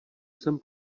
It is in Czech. sem